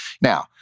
Now